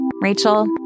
Rachel